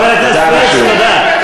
תעשה משמר, חבר הכנסת פריג', תודה.